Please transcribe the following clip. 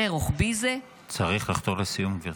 זה רוחבי זה?" צריך לחתור לסיום, גברתי.